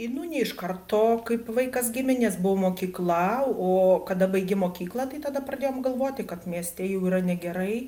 nu ne iš karto kaip vaikas gimė nes buvo mokykla o kada baigė mokyklą tai tada pradėjom galvoti kad mieste jau yra negerai